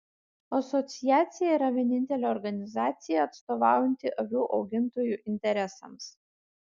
asociacija yra vienintelė organizacija atstovaujanti avių augintojų interesams